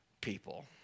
people